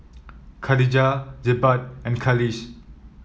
Khadija Jebat and Khalish